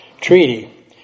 treaty